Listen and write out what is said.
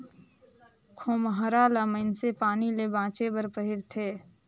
खोम्हरा ल मइनसे पानी ले बाचे बर पहिरथे